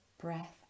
breath